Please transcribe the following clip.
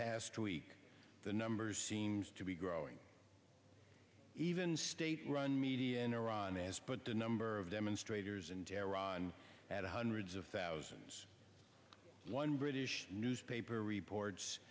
past week the numbers seems to be growing even state run media in iran has put the number of demonstrators in tehran at the hundreds of thousands one british newspaper reports